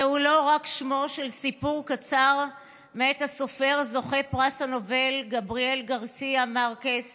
זה לא רק שמו של סיפור קצר מאת הסופר זוכה פרס נובל גבריאל גארסיה מארקס